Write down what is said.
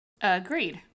Agreed